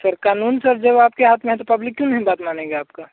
sir क़ानून sir जब आपके हाथ में है तो पब्लिक क्यों नहीं बात मानेगी आपकी